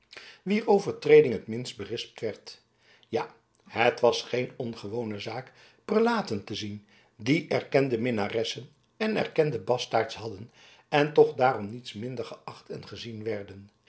wier overtreding het minst berispt werd ja het was geen ongewone zaak prelaten te zien die erkende minnaressen en erkende basterds hadden en toch daarom niets minder geacht en gezien werden